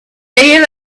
deal